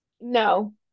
No